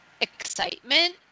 excitement